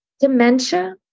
Dementia